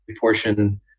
portion